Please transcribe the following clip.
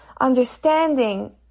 understanding